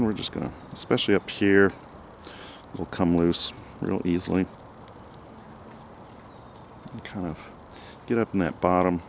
and we're just going to especially up here will come loose really easily kind of get up in that bottom